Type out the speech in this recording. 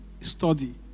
study